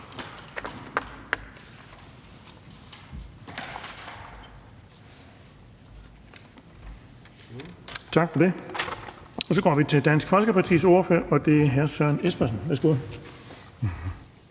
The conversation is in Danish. bemærkninger. Så går vi til Dansk Folkepartis ordfører, og det er hr. Søren Espersen. Værsgo.